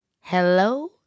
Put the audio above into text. Hello